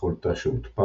בכל תא שהוטפל,